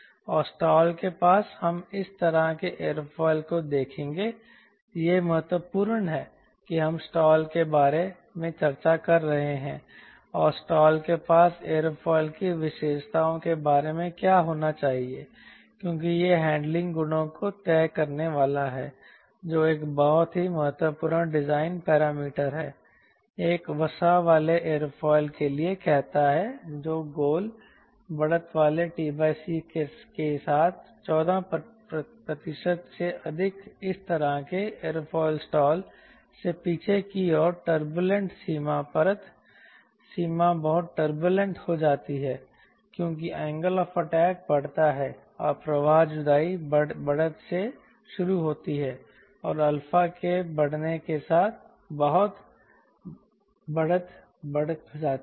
और स्टाल के पास हम इस तरह के एयरोफिल को देखेंगे यह महत्वपूर्ण है कि हम स्टाल के बारे में चर्चा कर रहे हैं और स्टॉल के पास एयरोफिल की विशेषताओं के बारे में क्या होना चाहिए क्योंकि यह हैंडलिंग गुणों को तय करने वाला है जो एक बहुत ही महत्वपूर्ण डिजाइन पैरामीटर है एक वसा वाले एयरोफिल के लिए कहता है गोल बढ़त वाले t c के साथ 14 से अधिक इस तरह के एयरोफिल स्टॉल से पीछे की ओर टर्बूलेंट सीमा परत सीमा बहुत टर्बूलेंट हो जाती है क्योंकि एंगल ऑफ़ अटैक बढ़ता है और प्रवाह जुदाई बढ़त से शुरू होती है और अल्फा के बढ़ने के साथ बढ़त बढ़ जाती है